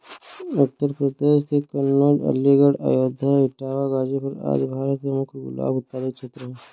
उत्तर प्रदेश के कन्नोज, अलीगढ़, अयोध्या, इटावा, गाजीपुर आदि भारत के मुख्य गुलाब उत्पादक क्षेत्र हैं